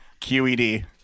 QED